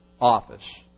office